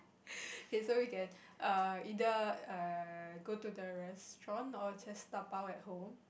okay so we can err either err go to the restaurant or just dabao at home